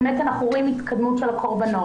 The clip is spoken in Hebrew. באמת אנחנו קוראים התקדמות של הקורבנות.